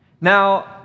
Now